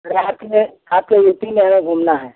रात में ख़ासकर यू पी में हमें घूमना है